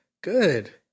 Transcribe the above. Good